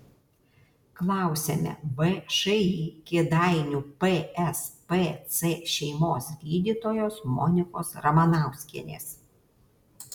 klausiame všį kėdainių pspc šeimos gydytojos monikos ramanauskienės